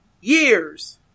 years